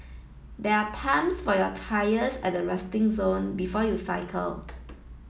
there are pumps for your tyres at the resting zone before you cycle